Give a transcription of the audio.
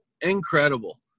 Incredible